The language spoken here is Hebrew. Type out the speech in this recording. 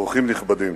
אורחים נכבדים,